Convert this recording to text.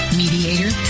mediator